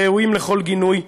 ראויים לכל גינוי,